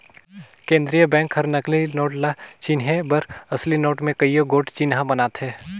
केंद्रीय बेंक हर नकली नोट ल चिनहे बर असली नोट में कइयो गोट चिन्हा बनाथे